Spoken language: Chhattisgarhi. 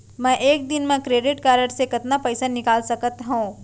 मैं एक दिन म क्रेडिट कारड से कतना पइसा निकाल सकत हो?